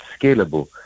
scalable